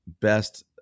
best